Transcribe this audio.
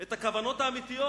את הכוונות האמיתיות.